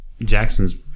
Jackson's